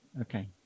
Okay